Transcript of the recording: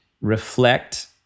reflect